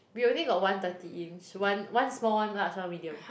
we only got one thirty inch one one small one large one medium